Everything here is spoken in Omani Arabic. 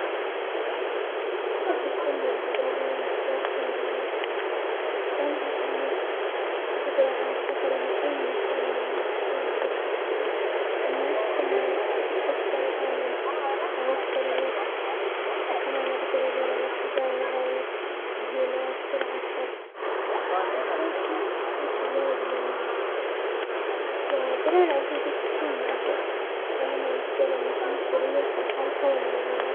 احب يكون لي القدرة علي الانتقتال الفوري لانها تعني قدرة على السفر لاي مكان وفي اي وقت تشتهي اننا نكتشف العالم واوفر الوقت ،وكمان اقدر ازور الاصدقاء والعائلة بسهولة وبسرعة اكبر وهذا الشيء يخلق تجارب جميلة، وقرا العقول قد تكون معقدة، بينما الانتقال يعني حرية الحركة والمغامرة.